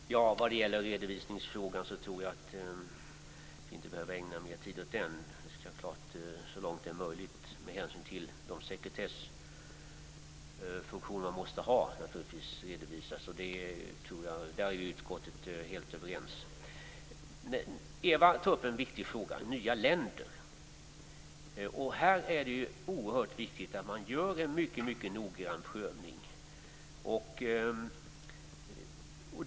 Herr talman! Vad gäller redovisningsfrågan tror jag att vi inte behöver ägna mer tid åt den. Vi skall självklart redovisa så långt det är möjligt med hänsyn till den sekretess vi måste ha. Där är utskottet helt överens. Eva Zetterberg tar upp en viktig fråga om nya länder. Här är det oerhört viktigt att man gör en mycket noggrann prövning.